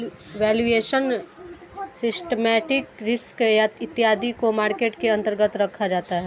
valuation, systematic risk इत्यादि को market के अंतर्गत रखा जाता है